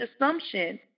assumption